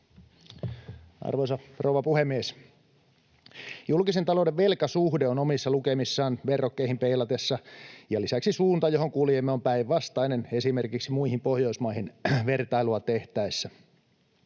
Arvoisa rouva puhemies! Julkisen talouden velkasuhde on omissa lukemissaan verrokkeihin peilatessa, ja lisäksi suunta, johon kuljemme, on päinvastainen esimerkiksi muihin Pohjoismaihin vertailua tehtäessä.